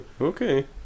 Okay